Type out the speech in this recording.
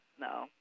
no